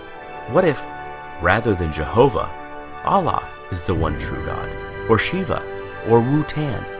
what if rather than jehovah allah is the one true god or shiva or wooten?